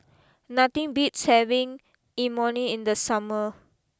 nothing beats having Imoni in the summer